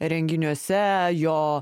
renginiuose jo